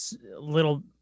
little